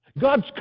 God's